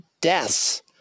deaths